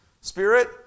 spirit